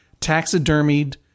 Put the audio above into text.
taxidermied